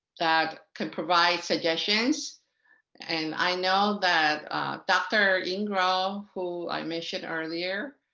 that can provide suggestions and i know that dr. ingrao, who i mentioned earlier,